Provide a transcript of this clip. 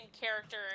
character